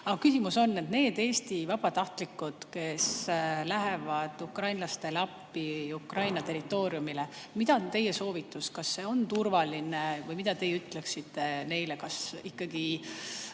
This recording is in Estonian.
küsimus on selline. Need Eesti vabatahtlikud, kes lähevad ukrainlastele appi Ukraina territooriumile – mis on teie soovitus? Kas see on turvaline või mida teie ütleksite neile? Kas nad ikkagi